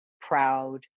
proud